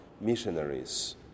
missionaries